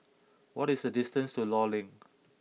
what is the distance to Law Link